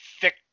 thick